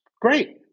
great